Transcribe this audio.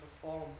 perform